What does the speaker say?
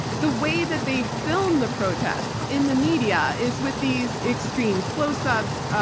the way that they film the protests in the media is with these extreme close ups,